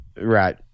Right